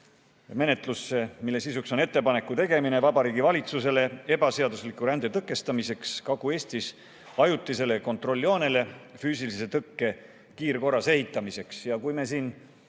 menetlusse Riigikogu otsuse eelnõu "Ettepaneku tegemine Vabariigi Valitsusele ebaseadusliku rände tõkestamiseks Kagu-Eestis ajutisele kontrolljoonele füüsilise tõkke kiirkorras ehitamiseks".